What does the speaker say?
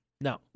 No